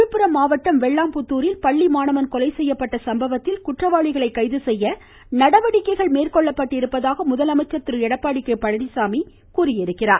விழுப்புரம் வெள்ளாம்புத்தூரில் பள்ளிமாணவன் கொலை செய்யப்பட்ட சம்பவத்தில் குற்றவாளிகளை கைதுசெய்ய நடவடிக்கைகள் மேற்கொள்ளப்பட்டிருப்பதாக முதலமைச்சர் திரு எடப்பாடி கே பழனிச்சாமி தெரிவித்திருக்கிறார்